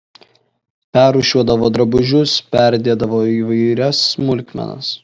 perrūšiuodavo drabužius perdėdavo įvairias smulkmenas